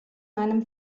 meinem